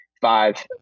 five